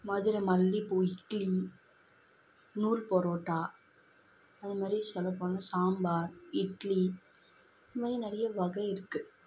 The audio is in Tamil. மதுரை மல்லிகைப்பூ இட்லி நூல் பரோட்டா அது மாதிரி சொல்லப்போனால் சாம்பார் இட்லி இந்த மாதிரி நிறைய வகை இருக்குது